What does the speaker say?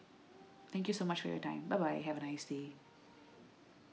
thank you so much for your time bye bye have a nice day